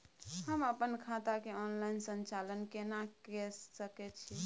हम अपन खाता के ऑनलाइन संचालन केना के सकै छी?